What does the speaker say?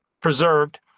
preserved